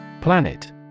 Planet